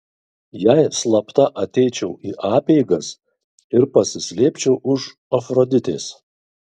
jei slapta ateičiau į apeigas ir pasislėpčiau už afroditės